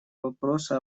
вопросу